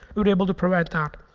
we're able to provide that.